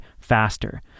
faster